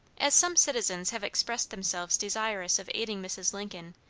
as some citizens have expressed themselves desirous of aiding mrs. lincoln,